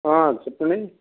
చెప్పండి